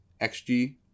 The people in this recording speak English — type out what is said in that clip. XG